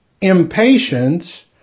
impatience